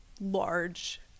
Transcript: large